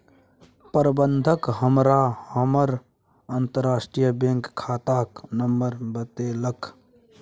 प्रबंधक हमरा हमर अंतरराष्ट्रीय बैंक खाताक नंबर बतेलक